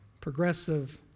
Progressive